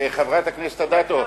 חברת הכנסת אדטו,